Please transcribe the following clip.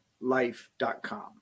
life.com